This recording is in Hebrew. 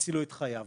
הצילו את חייו.